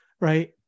right